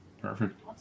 perfect